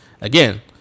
Again